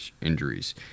injuries